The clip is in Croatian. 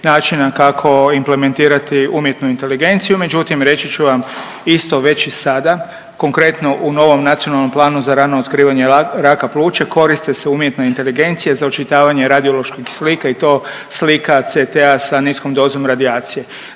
načina kako implementirati umjetnu inteligenciju, međutim reći ću vam isto već i sada konkretno u Novom nacionalnom planu za rano otkrivanje raka pluća koriste se umjetna inteligencija za očitavanje radioloških slika i to slika CT-a sa niskom dozom radijacije,